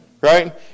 right